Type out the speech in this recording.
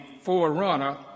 forerunner